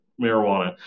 marijuana